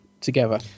together